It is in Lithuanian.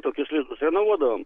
tokius lizdus renovuodavom